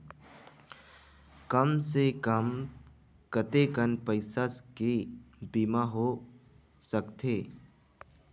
कम से कम कतेकन पईसा के बीमा हो सकथे?